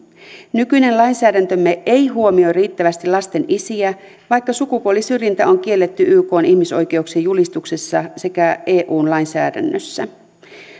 nykyinen lainsäädäntömme ei huomioi riittävästi lasten isiä vaikka sukupuolisyrjintä on kielletty ykn ihmisoikeuksien julistuksessa sekä eun lainsäädännössä